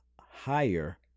higher